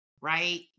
right